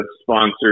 sponsored